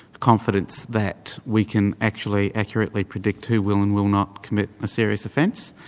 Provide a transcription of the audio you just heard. confidence that we can actually accurately predict who will, and will not, commit a serious offence.